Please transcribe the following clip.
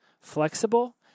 flexible